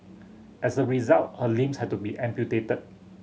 as a result her limbs had to be amputated